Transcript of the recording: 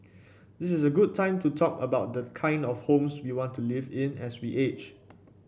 this is a good time to talk about the kind of homes we want to live in as we age